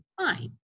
fine